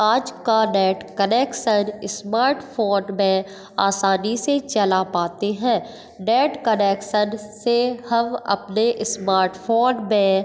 आज का net connection smartphone में आसानी से चला पाते हैं नेट कनेक्सन से हम अपने स्मार्टफ़ोन में